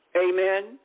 Amen